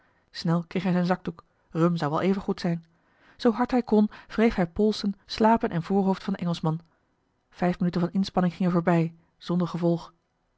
kreeg hij zijn zakdoek rum zou wel even goed zijn zoo hard hij kon wreef hij polsen slapen en voorhoofd van den engelschman vijf minuten van inspanning gingen voorbij zonder gevolg